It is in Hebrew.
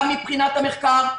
גם מבחינת המחקר,